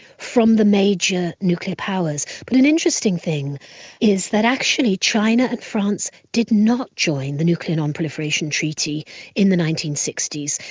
from the major nuclear powers. but an interesting thing is that actually china or and france did not join the nuclear non-proliferation treaty in the nineteen sixty s.